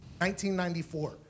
1994